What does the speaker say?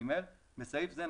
בסעיף זה,